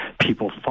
people